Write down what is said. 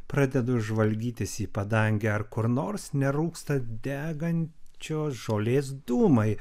pradedu žvalgytis į padangę ar kur nors nerūksta degančios žolės dūmai